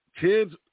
Kids